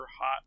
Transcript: hot